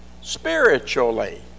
spiritually